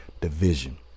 division